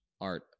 art